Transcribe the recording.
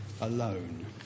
alone